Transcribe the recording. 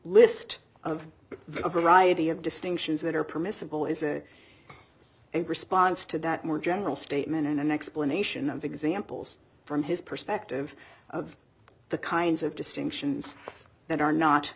list of a variety of distinctions that are permissible is a response to that more general statement in an explanation of examples from his perspective of the kinds of distinctions that are not